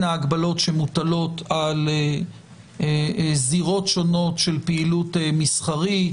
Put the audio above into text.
ההגבלות שמוטלות על זירות שונות של פעילות מסחרית,